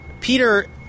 Peter